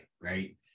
right